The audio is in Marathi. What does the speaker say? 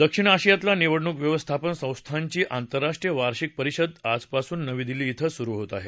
दक्षिण आशियातल्या निवडणूक व्यवस्थापन संस्थांची आंतरराष्ट्रीय वार्षिक परिषद आजपासून नवी दिल्ली क्वें सुरु होत आहे